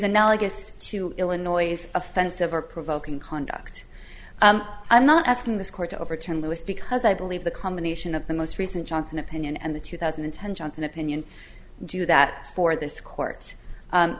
analogous to illinois offensive or provoking conduct i'm not asking this court to overturn lewis because i believe the combination of the most recent johnson opinion and the two thousand and ten johnson opinion do that for this court